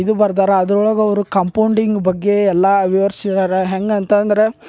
ಇದು ಬರ್ದಾರ ಅದ್ರೊಳಗೆ ಅವರು ಕಂಪೌಂಡಿಂಗ್ ಬಗ್ಗೆ ಎಲ್ಲಾ ವಿವರ್ಸಿದ್ದಾರೆ ಹೆಂಗಂತಂದ್ರೆ